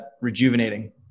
rejuvenating